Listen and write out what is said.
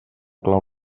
clau